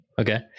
Okay